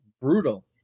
brutal